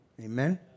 Amen